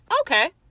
Okay